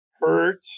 hurt